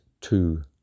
two